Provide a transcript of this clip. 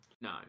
No